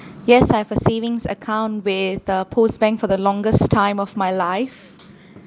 yes I've a savings account with uh POSB bank for the longest time of my life